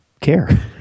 care